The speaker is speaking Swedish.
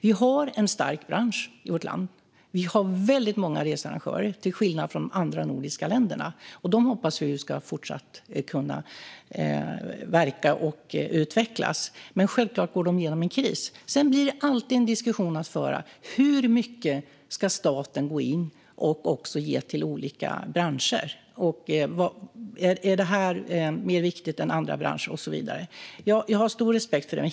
Vi har en stark bransch i vårt land. Vi har väldigt många researrangörer, till skillnad från de andra nordiska länderna. Vi hoppas ju att dessa arrangörer ska kunna fortsätta att verka och utvecklas, men självklart går de igenom en kris. Det blir alltid en diskussion att föra gällande hur mycket staten ska gå in och ge till olika branscher, om den ena branschen är mer viktig än den andra och så vidare. Jag har stor respekt för det.